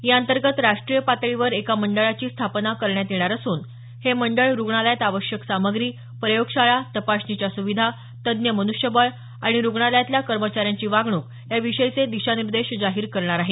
याअंतर्गत राष्ट्रीय पातळीवर एका मंडळाची स्थापना करण्यात येणार असून हे मंडळ रुग्णालयात आवश्यक सामग्री प्रयोगशाळा तपासणीच्या सुविधा तज्ञ मनुष्यबळ आणि रुग्णालयातल्या कर्मचाऱ्यांची वागणूक याविषयीचे दिशानिर्देश जाहीर करणार आहे